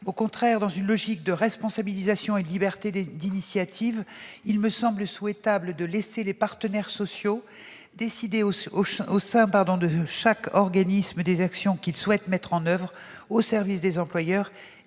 Au contraire, dans une logique de responsabilisation et de liberté d'initiative, il me semble souhaitable de laisser les partenaires sociaux décider au sein de chaque organisme des actions que ceux-ci souhaitent mettre en oeuvre au service des employeurs